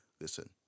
Listen